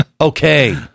Okay